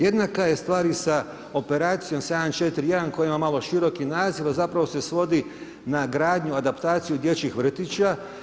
Jednaka je stvar i sa operacijom 741 koja ima malo široki naziv a zapravo se svodi na gradnju, adaptaciju dječjih vrtića.